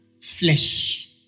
flesh